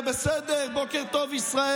זה בסדר, בוקר טוב ישראל,